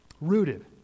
Rooted